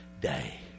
day